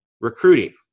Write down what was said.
recruiting